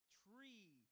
tree